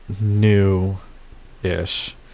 new-ish